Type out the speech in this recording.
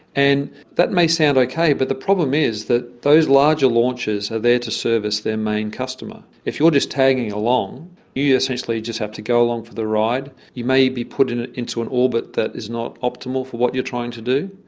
and that may sound okay but the problem is that those larger launches are there to service their main customer. if you are just tagging along, you you essentially just have to go along for the ride. you may be put into an orbit that is not optimal for what you are trying to do.